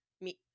meet